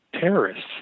terrorists